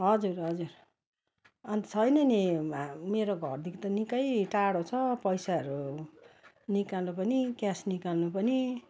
हजुर हजुर अन्त छैन नि हा मेरो घरदेखि त निकै टाडो छ पैसाहरू निकाल्नु पनि क्यास निकाल्नु पनि